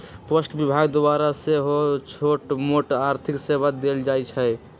post विभाग द्वारा सेहो छोटमोट आर्थिक सेवा देल जाइ छइ